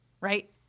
right